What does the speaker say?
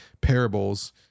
parables